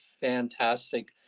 fantastic